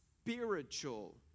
spiritual